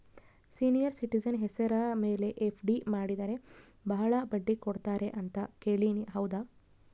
Senior citizen ಹೆಸರ ಮೇಲೆ FD ಮಾಡಿದರೆ ಬಹಳ ಬಡ್ಡಿ ಕೊಡ್ತಾರೆ ಅಂತಾ ಕೇಳಿನಿ ಹೌದಾ?